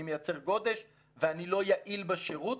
אני מייצר גודש ואני לא יעיל בשירות.